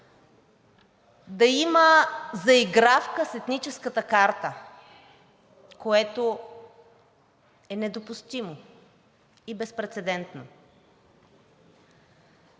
да има заигравка с етническата карта, което е недопустимо и безпрецедентно.